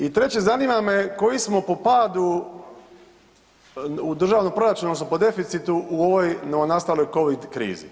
I treće, zanima me koji smo po padu državnog proračuna odnosno po deficitu u ovoj novonastaloj covid krizi?